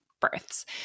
births